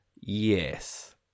yes